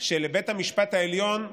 שבית המשפט העליון,